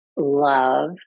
love